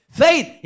faith